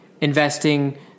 investing